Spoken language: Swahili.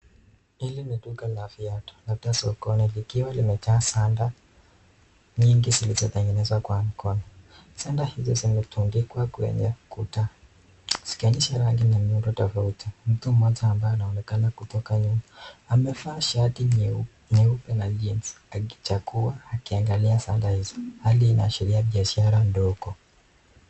Hili ni duka la viatu labda sokoni, likiwa zimejaa sanda nyingi zilizitengezwa kwa mkono. Sanda hizi zimetundikwa kwenye ukuta, zikionyesha rangi na miundo tofauti. Mtu mmoja anaonekana kutoka nyuma, amevaa shati nyeupe na jeans akichagua akiangalia sanda hizo. Hali inaashiria biashara ndogo.